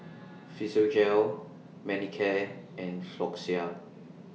Physiogel Manicare and Floxia